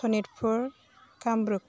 Sonitpur Kamrup